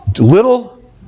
little